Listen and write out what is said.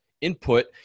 input